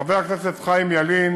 חבר הכנסת חיים ילין,